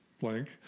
blank